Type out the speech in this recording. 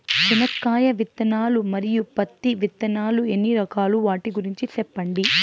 చెనక్కాయ విత్తనాలు, మరియు పత్తి విత్తనాలు ఎన్ని రకాలు వాటి గురించి సెప్పండి?